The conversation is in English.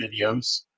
videos